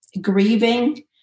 grieving